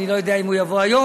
אני לא יודע אם הוא יבוא היום,